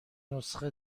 نسخه